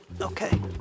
Okay